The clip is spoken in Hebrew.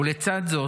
ולצד זאת,